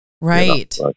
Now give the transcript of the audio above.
right